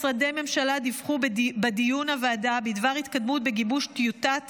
משרדי הממשלה דיווחו בדיון בוועדה על התקדמות בגיבוש טיוטות